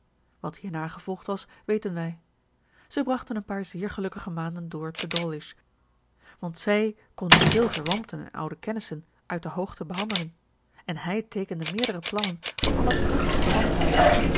wat hierna gevolgd was weten wij zij brachten een paar zeer gelukkige maanden door te dawlish want zij kon nu veel verwanten en oude kennissen uit de hoogte behandelen en hij teekende meerdere plannen voor allerprachtigste landhuizen